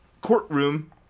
courtroom